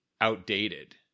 outdated